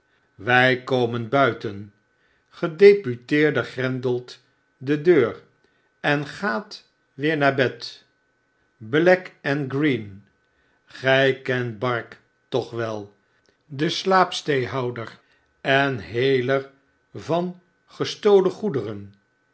wj komen buiten gedeputeerde grendelt de deur en gaat weer naar bed black en green gjj kent bark toch wel den slaap steehouder en heler van gestolen goederen